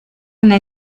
una